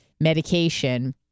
medication